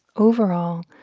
overall,